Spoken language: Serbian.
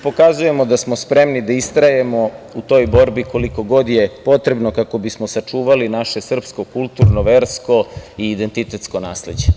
Pokazujemo da smo spremni da istrajemo u toj borbi koliko god je potrebno, kako bismo sačuvali naše srpsko, kulturno, versko i identitetsko nasleđe.